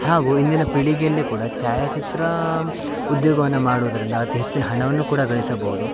ಹಾಗೂ ಇಂದಿನ ಪೀಳಿಗೆಯಲ್ಲಿ ಕೂಡ ಛಾಯಾಚಿತ್ರ ಉದ್ಯೋಗವನ್ನು ಮಾಡುವುದರಿಂದ ಅತಿ ಹೆಚ್ಚಿನ ಹಣವನ್ನೂ ಕೂಡ ಗಳಿಸಬೌದು